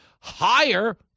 higher